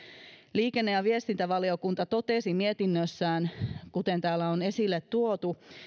liikenne ja viestintävaliokunta totesi mietinnössään kuten täällä on esille tuotu